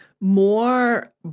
more